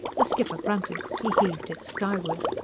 the skipper grunted. he heaved it skyward.